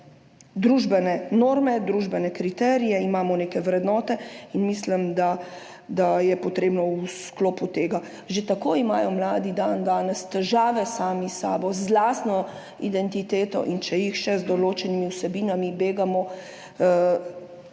družbene norme, družbene kriterije, imamo neke vrednote in mislim, da je treba v sklopu tega … Že tako imajo mladi dandanes težave sami s sabo, z lastno identiteto in če jih še begamo z določenimi vsebinami, lahko